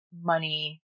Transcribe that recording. money